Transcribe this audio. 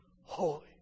holy